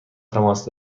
تماس